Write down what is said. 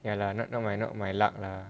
ya lah not not my not my luck lah